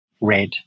red